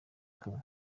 kumwe